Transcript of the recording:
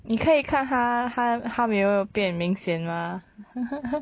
你可以看它它它有没有变明显 mah